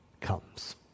comes